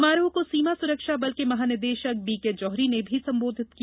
समारोह को सीमा सुरक्षा बल के महानिदेशक बीके जोहरी ने भी संबोधित किया